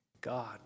God